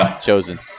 chosen